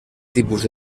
tipus